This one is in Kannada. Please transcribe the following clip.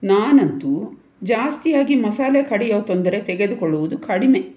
ನಾನಂತೂ ಜಾಸ್ತಿಯಾಗಿ ಮಸಾಲೆ ಕಡಿಯೋ ತೊಂದರೆ ತೆಗೆದುಕೊಳ್ಳುವುದು ಕಡಿಮೆ